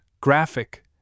graphic